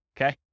Okay